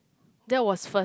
that was first